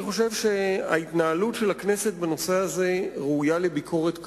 אני חושב שהתנהלות הכנסת בנושא הזה ראויה לביקורת קשה.